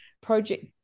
project